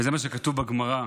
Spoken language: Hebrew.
וזה מה שכתוב בגמרא: